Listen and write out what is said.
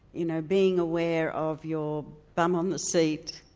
you know being aware of your bum on the seat,